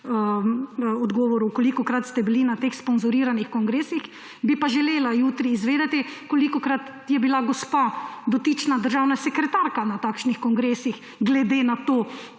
odgovorov, kolikokrat ste bili na teh sponzoriranih kongresih –, bi pa želela jutri izvedeti, kolikokrat je bila gospa dotična državna sekretarka na takšnih kongresih glede na to,